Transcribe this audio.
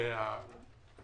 שעל כל